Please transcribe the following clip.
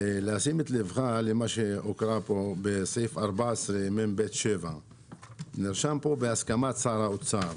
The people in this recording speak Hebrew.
לתשומת לבך למה שהוקרא כאן בסעיף 14מב7. נרשם כאן "בהסכמת שר האוצר".